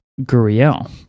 Guriel